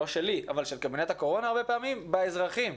לא שלי אלא של קבינט הקורונה הרבה פעמים באזרחים.